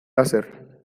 láser